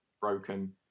broken